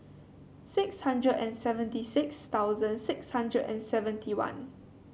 six hundred and seventy six thousand six hundred and seventy one